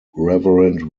reverend